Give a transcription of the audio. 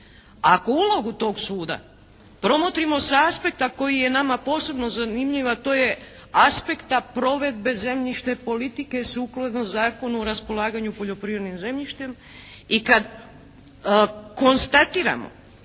Ako ulogu tog suda promotrimo sa aspekta koji je nama posebno zanimljiv, a to je aspekta provedbe zemljišne politike sukladno Zakonu o raspolaganju poljoprivrednim zemljištem i kad konstatiramo